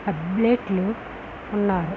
అట్లెట్లు ఉన్నారు